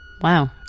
Wow